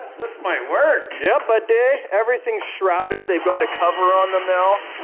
this might work. yeah, buddy, everything's shrouded, they've got a cover on them now.